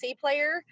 player